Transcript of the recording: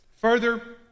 Further